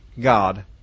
God